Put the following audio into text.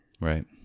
Right